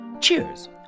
Cheers